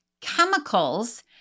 chemicals